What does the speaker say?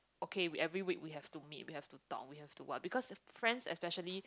okay we every week we we have to meet we have to talk we have to what because friends especially